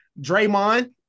Draymond